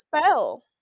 spell